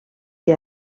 que